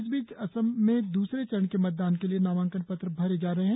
इस बीच असम द्सरे चरण के मतदान के लिए नामांकन पत्र भरे जा रहे हैं